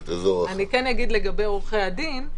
אני אגיד לגבי עורכי הדין.